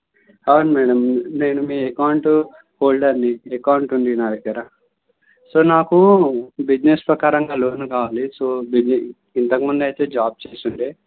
అవును మ్యాడమ్ నేను మీ అకౌంటు హోల్డర్ని అకౌంట్ ఉంది నా దగ్గర సో నాకు బిజినెస్ ప్రకారంగా లోన్ కావాలి సో బిజి ఇంతకుముందు అయితే జాబ్ చేసుండే